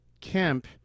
Kemp